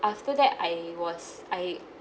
after that I was I